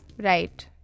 Right